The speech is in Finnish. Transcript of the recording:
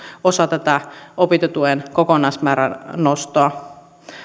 osa tätä opintotuen kokonaismäärän nostoa